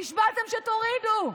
נשבעתם שתורידו.